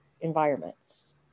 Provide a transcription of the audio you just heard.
environments